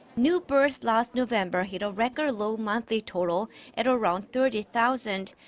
new births last november hit a record-low monthly total at around thirty thousand.